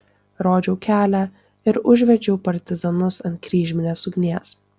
rodžiau kelią ir užvedžiau partizanus ant kryžminės ugnies